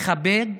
מכבד.